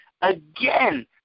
Again